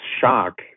shock